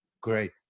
great